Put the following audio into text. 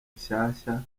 nshyashya